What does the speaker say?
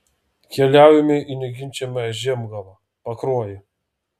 keliaujame į neginčijamą žiemgalą pakruojį